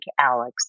Alex